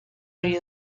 hori